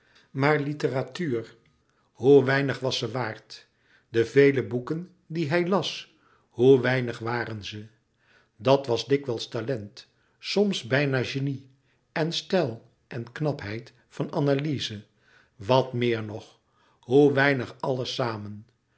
maar literatuur hoe weinig was ze waard de vele boeken die hij las hoe weinig waren ze dat was dikwijls talent soms bijna genie en stijl en knapheid van analyze wat meer nog hoe weinig alles samen